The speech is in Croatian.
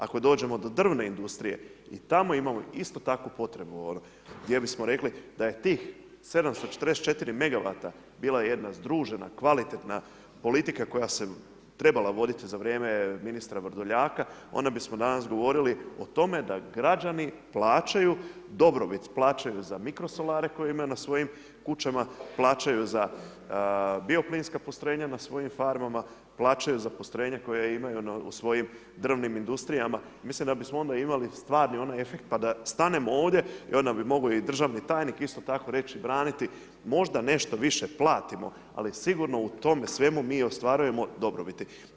Ako dođemo do drvne industrije i tamo imamo isto tako potrebu, jer bismo rekli da je tih 774 megawata bila jedna združena kvalitetna politika koja se trebala voditi za vrijeme ministra Vrdoljaka, onda bismo danas govorili o tome da građani plaćaju, dobrobit plaćaju za mikrosolare koje imaju na svojim kućama, plaćaju za bio plinska postrojenja na svojim farmama, plaćaju za postrojenja koje imaju u svojim drvnim industrijama i mislim da bismo onda imali stvarni onaj efekt, pa da stanemo ovdje, i onda bi mogao i državni tajnik isto tako reći braniti, možda nešto više platimo ali sigurno u tome svemu mi ostvarujemo dobrobiti.